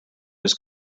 his